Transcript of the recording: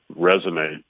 resonate